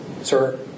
Sir